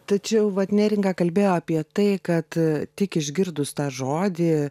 tačiau vat neringa kalbėjo apie tai kad tik išgirdus tą žodį